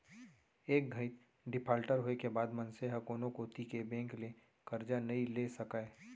एक घइत डिफाल्टर होए के बाद मनसे ह कोनो कोती के बेंक ले करजा नइ ले सकय